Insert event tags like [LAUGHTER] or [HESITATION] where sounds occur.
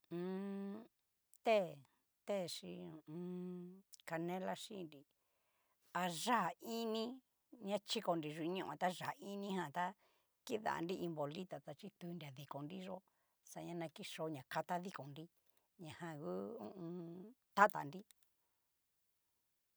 [HESITATION] té, té xhi canela xhinri, ayá ini na chikonri yuñó ta xá inigan tá kidanri bolita ta chitunria, dikonri yó xaña kiyó ña kata dikon nri, ña jan ngu ho o on. tata nri.